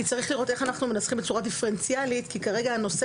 צריך לראות איך אנחנו מנסחים בצורה דיפרנציאלית כי כרגע הנושא